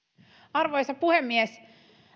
arvoisa puhemies